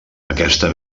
aquesta